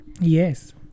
Yes